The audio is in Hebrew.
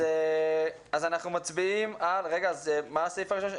אז אנחנו מצביעים על מה הסעיף הראשון,